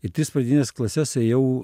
ir tris pradines klases ėjau